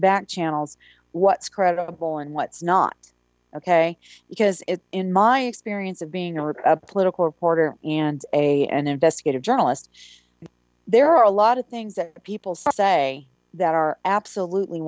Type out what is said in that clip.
back channels what's credible and what's not ok because in my experience of being a rip up political reporter and a an investigative journalist there are a lot of things that people say that are absolutely